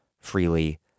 freely